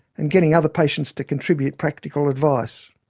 and getting other patients to contribute practical advice.